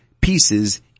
pieces